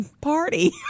party